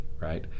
right